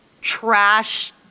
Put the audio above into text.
trash-